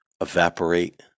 evaporate